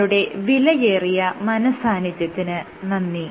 നിങ്ങളുടെ വിലയേറിയ മനഃസാന്നിധ്യത്തിന് നന്ദി